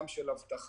גם של אבטחה,